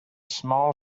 small